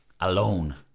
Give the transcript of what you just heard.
alone